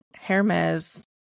Hermes